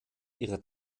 ihrer